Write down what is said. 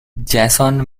jason